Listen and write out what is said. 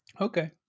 Okay